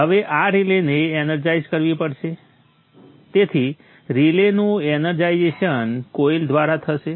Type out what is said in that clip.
હવે આ રિલેને એનર્જાઇઝ કરવી પડશે તેથી રિલેનું એનર્જાઇઝેશન કોઇલ દ્વારા થશે